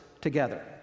together